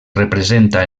representa